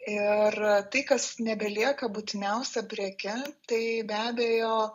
ir tai kas nebelieka būtiniausia preke tai be abejo